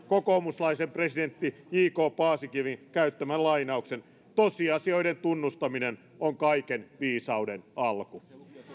kokoomuslaisen presidentin j k paasikiven käyttämän lainauksen tosiasioiden tunnustaminen on kaiken viisauden alku